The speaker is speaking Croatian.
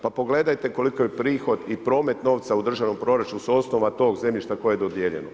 Pa pogledajte koliki je prihod i promet novca u državnom proračunu s osnova tog zemljišta koje je dodijeljeno.